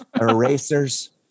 erasers